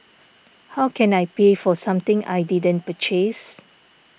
how can I pay for something I didn't purchase